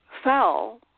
fell